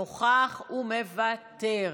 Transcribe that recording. נוכח ומוותר,